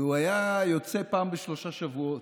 והוא היה יוצא פעם בשלושה שבועות.